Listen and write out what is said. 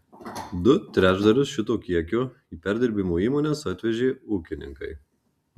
du trečdalius šito kiekio į perdirbimo įmones atvežė ūkininkai